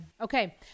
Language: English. Okay